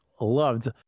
loved